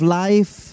life